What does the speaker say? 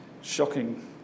Shocking